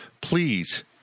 Please